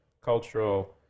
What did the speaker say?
cultural